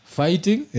fighting